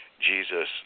Jesus